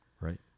Right